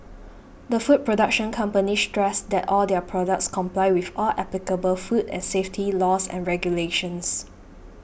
the food production company stressed that all their products comply with all applicable food and safety laws and regulations